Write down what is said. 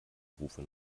rufe